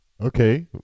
Okay